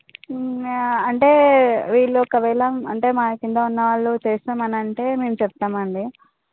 అంటే వీళ్ళు ఒకవేళ అంటే మా కింద ఉన్నవాళ్ళు చేస్తాం అని అంటే మేము చెప్తాం అండి